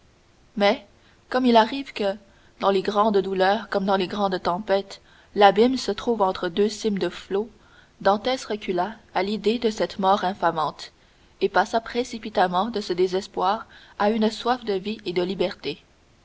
mais comme il arrive que dans les grandes douleurs comme dans les grandes tempêtes l'abîme se trouve entre deux cimes de flots dantès recula à l'idée de cette mort infamante et passa précipitamment de ce désespoir à une soif ardente de vie et de liberté